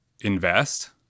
invest